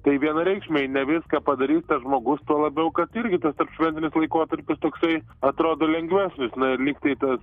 tai vienareikšmiai ne viską padarys tas žmogus tuo labiau kad irgi tas tarpšventinis laikotarpis toksai atrodo lengvesnis na ir lyg tai